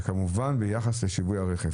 וכמובן, ביחס לשווי הרכב.